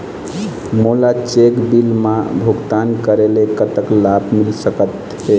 मोला cheque bill मा भुगतान करेले कतक लाभ मिल सकथे?